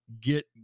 get